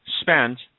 spent